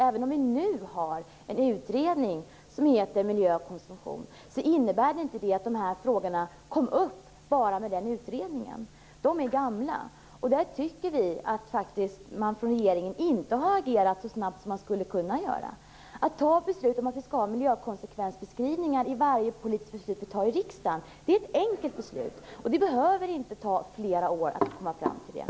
Även om vi nu har en utredning som heter Miljö och konsumtion innebär inte det att dessa frågor uppkom enbart genom den utredningen. De är gamla. Vi tycker att regeringen inte har agerat så snabbt som den har kunnat göra. Det är ett enkelt beslut att fatta att vi skall ha miljökonsekvensbeskrivningar av varje beslut som fattas i riksdagen. Det behöver inte ta flera år att komma fram till det.